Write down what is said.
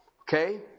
Okay